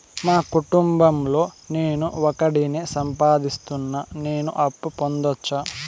మా కుటుంబం లో నేను ఒకడినే సంపాదిస్తున్నా నేను అప్పు పొందొచ్చా